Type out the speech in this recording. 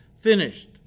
finished